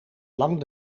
lang